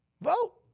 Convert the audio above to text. Vote